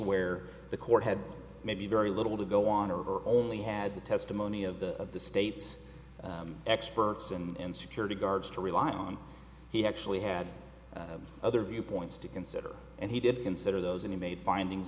where the court had maybe very little to go on or only had the testimony of the of the state's experts and security guards to rely on he actually had other viewpoints to consider and he did consider those and he made findings